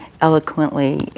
eloquently